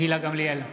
גילה גמליאל,